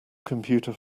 computer